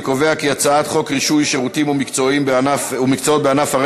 אני קובע כי הצעת חוק רישוי שירותים ומקצועות בענף הרכב,